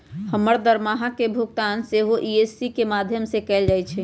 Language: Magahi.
हमर दरमाहा के भुगतान सेहो इ.सी.एस के माध्यमें से कएल जाइ छइ